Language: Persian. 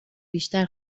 بیشتر